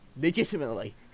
Legitimately